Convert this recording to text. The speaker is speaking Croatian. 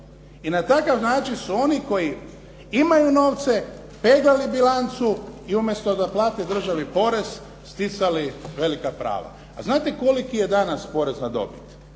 i na takav način su oni koji imaju novce peglali bilancu i umjesto da plate državi porez sticali velika prava. A znate koliki je danas porez na dobit?